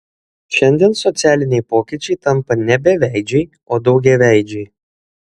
šiandien socialiniai pokyčiai tampa ne beveidžiai o daugiaveidžiai